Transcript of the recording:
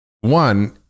one